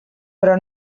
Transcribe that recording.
però